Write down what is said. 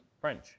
French